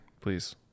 Please